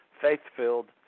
faith-filled